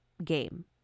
game